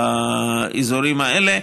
באזורים האלה.